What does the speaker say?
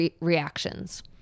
reactions